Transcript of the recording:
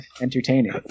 entertaining